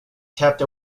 kept